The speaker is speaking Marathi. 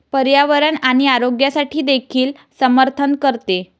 पर्यावरण आणि आरोग्यासाठी देखील समर्थन करते